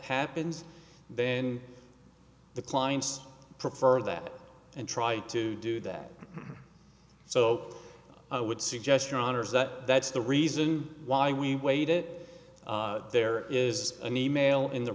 happens then the clients prefer that and try to do that so i would suggest your honor is that that's the reason why we wait it there is an email in the